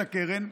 את הקרן,